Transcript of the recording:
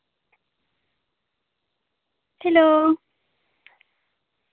hello